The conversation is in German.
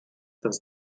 das